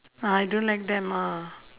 ah I don't like them ah